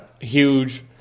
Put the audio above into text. Huge